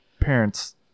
parents